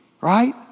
right